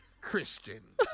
christian